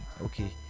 okay